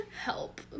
help